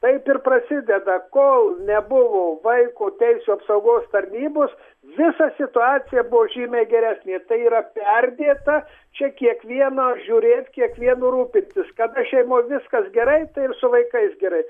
taip ir prasideda kol nebuvo vaiko teisių apsaugos tarnybos visa situacija buvo žymiai geresnė tai yra perdėta čia kiekvieną žiūrėt kiekvienu rūpintis kada šeimoj viskas gerai ir su vaikais gerai